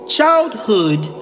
Childhood